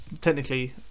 technically